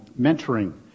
mentoring